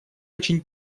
очень